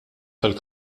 tal